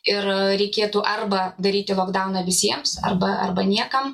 ir reikėtų arba daryti lokdauną visiems arba arba niekam